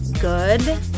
good